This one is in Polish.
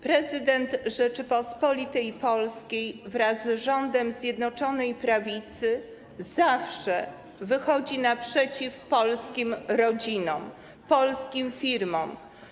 Prezydent Rzeczypospolitej Polskiej wraz z rządem Zjednoczonej Prawicy zawsze wychodzi naprzeciw polskim rodzinom, polskim firmom.